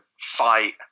fight